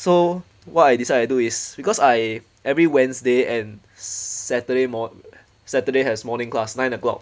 so what I decide to do is because I every wednesday and saturday morn~ saturday has morning class nine o'clock